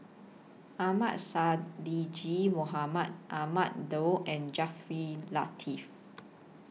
Ahmad Sonhadji Mohamad Ahmad Daud and Jaafar Latiff